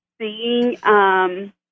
seeing